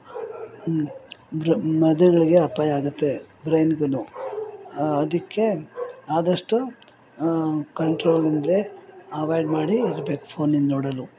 ಮೆದುಳಿಗೆ ಅಪಾಯ ಆಗುತ್ತೆ ಬ್ರೈನ್ಗುನೂ ಅದಕ್ಕೆ ಆದಷ್ಟೂ ಕಂಟ್ರೋಲ್ ಇಂದಲೇ ಅವಾಯ್ಡ್ ಮಾಡಿ ಇರ್ಬೇಕು ಫೋನಿನ್ನು ನೋಡಲು